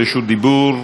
דיבור: